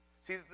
See